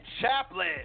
chaplain